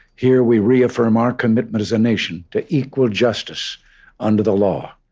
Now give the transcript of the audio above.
here, we reaffirm our commitment as a nation to equal justice under the law.